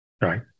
right